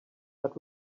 but